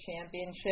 championship